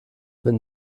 wenn